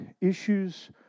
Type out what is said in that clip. issues